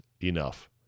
enough